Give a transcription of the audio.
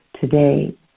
today